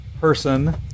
person